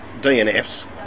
DNFs